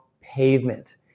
pavement